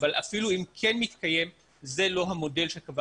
אבל אפילו אם כן מתקיים זה לא המודל שקבע